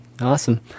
awesome